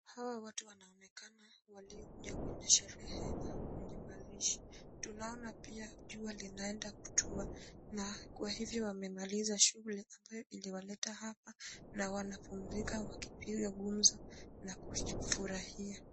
Hawa watu wanaonekana waliokuja kwenye sherehe au kwenye mazishi. Tunaona pia jua linaenda kutua na kwa hivyo wamemaliza shughuli ambayo iliwaleta hapa na wanapumzika wakipiga gumzo na kufurahia.